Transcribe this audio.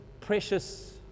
precious